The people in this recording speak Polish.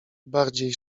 bardziej